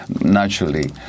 Naturally